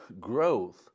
growth